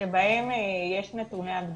שבהם יש נתוני הדבקה.